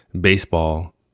baseball